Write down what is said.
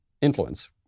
influence